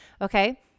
Okay